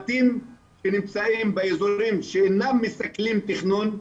בתים שנמצאים באזורים שאינם מסכלים תכנון,